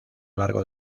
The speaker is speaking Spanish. largo